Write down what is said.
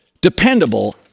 dependable